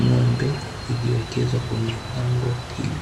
ng'ombe iliyoekezwa kwenye pango hili.